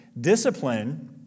Discipline